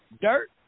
dirt